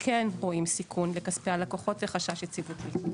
שכן רואים סיכון לכספי הלקוחות וחשש יציבותי?